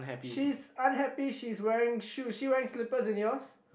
she's unhappy she's wearing shoes she wearing slippers in yours